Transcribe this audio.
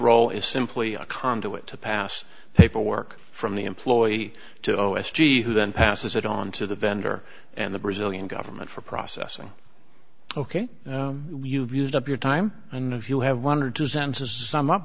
role is simply a conduit to pass paperwork from the employee to o s g who then passes it on to the vendor and the brazilian government for processing ok you've used up your time and if you have one or two sentences sum